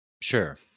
Sure